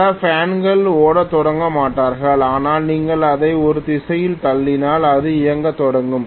பல பேன்கள் ஓடத் தொடங்க மாட்டார்கள் ஆனால் நீங்கள் அதை ஒரு திசையில் தள்ளினால் அது இயங்கத் தொடங்கும்